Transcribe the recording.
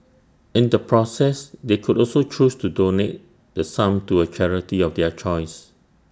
in the process they could also choose to donate the sum to A charity of their choice